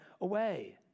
away